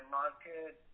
market